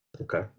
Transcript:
Okay